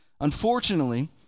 unfortunately